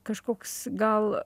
kažkoks gal